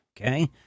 Okay